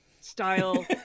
style